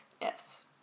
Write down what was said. Yes